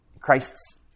Christ's